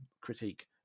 critique